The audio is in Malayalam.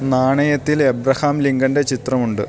നാണയത്തിൽ എബ്രഹാം ലിങ്കന്റെ ചിത്രമുണ്ട്